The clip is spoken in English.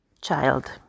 child